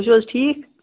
تُہۍ چھُو حظ ٹھیٖک